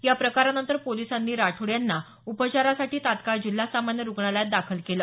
या प्रकारानंतर पोलिसांनी राठोड यांना उपचारासाठी तात्काळ जिल्हा सामान्य रुग्णालयात दाखल केलं